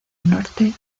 norte